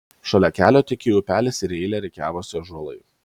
šalia kelio tekėjo upelis ir į eilę rikiavosi ąžuolai